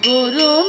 Guru